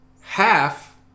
half